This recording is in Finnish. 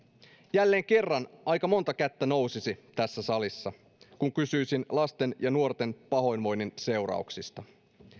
jälleen kerran aika monta kättä nousisi tässä salissa kun kysyisin lasten ja nuorten pahoinvoinnin seurauksista